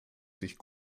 sich